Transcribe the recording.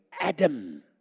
Adam